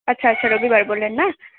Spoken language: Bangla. আচ্ছা আচ্ছা রবিবার বললেন না